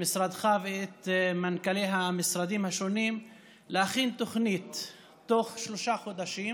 משרדך ואת מנכ"לי המשרדים השונים להכין תוכנית בתוך שלושה חודשים.